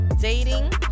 dating